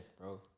bro